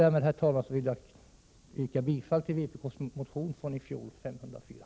Därmed, herr talman, vill jag yrka bifall till vpk:s motion från i fjol nr 504.